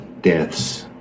deaths